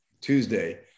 Tuesday